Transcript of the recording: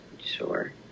sure